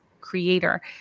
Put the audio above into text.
creator